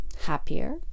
happier